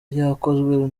yakozwe